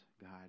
God